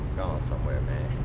somewhere man.